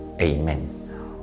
Amen